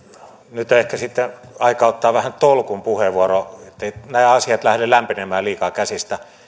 nyt ehkä sitten on aika ottaa vähän tolkun puheenvuoro etteivät nämä asiat lähde lämpenemään liikaa käsistä